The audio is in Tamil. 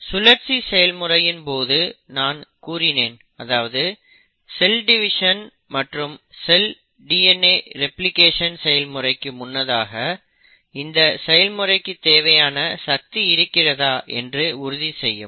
சுழற்சி செயல்முறையின் போது நான் கூறினேன் அதாவது செல் டிவிஷன் மற்றும் செல் ரெப்ளிகேஷன் செயல்முறைக்கு முன்னதாக இந்த செயல்முறைக்கு தேவையான சக்தி இருக்கிறதா என்று உறுதி செய்யும்